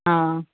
हा